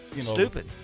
stupid